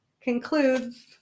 concludes